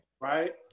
right